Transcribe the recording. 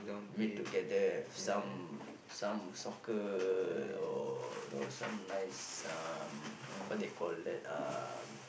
meet together have some some soccer or you know some nice um what they call that um